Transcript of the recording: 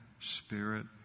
spirit